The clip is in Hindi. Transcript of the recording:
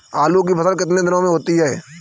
आलू की फसल कितने दिनों में होती है?